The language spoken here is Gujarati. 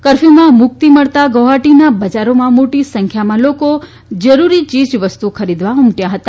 કરફ્યુમાં મુક્તિ મળતા ગુવહાટીના બજારોમાં મોટી સંખ્યામાં લોકો જરુરી ચીજવસ્તુઓ ખરીદવા ઉમટી પડ્યા હતા